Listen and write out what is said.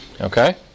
Okay